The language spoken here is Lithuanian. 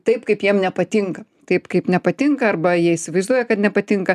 taip kaip jiems nepatinka taip kaip nepatinka arba jie įsivaizduoja kad nepatinka